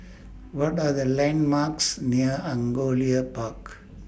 What Are The landmarks near Angullia Park